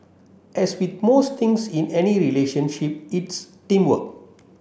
as with most things in any relationship it's teamwork